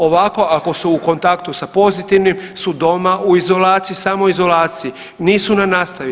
Ovako ako su u kontaktu sa pozitivnim su doma u izolaciji, samoizolaciji, nisu na nastavi.